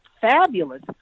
fabulous